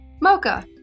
Mocha